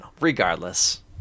Regardless